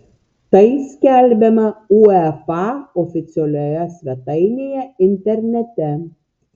tai skelbiama uefa oficialioje svetainėje internete